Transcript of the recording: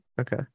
Okay